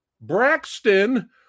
Braxton